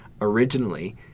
originally